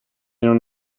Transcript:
non